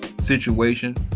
situation